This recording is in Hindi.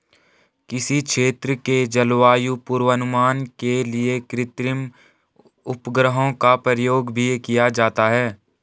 किसी क्षेत्र के जलवायु पूर्वानुमान के लिए कृत्रिम उपग्रहों का प्रयोग भी किया जाता है